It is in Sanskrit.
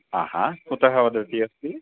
अ हा कुतः वदति अस्ति